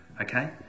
okay